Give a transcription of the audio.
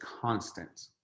constant